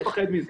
אסור לפחד מזה.